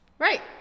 Right